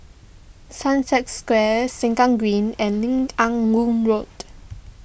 Sunset Square Sengkang Green and Lim Ah Woo Road